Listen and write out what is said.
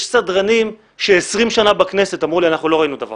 יש סדרנים ש-20 שנה בכנסת, אמרו לי: דבר